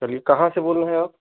चलिए कहाँ से बोल रहें आप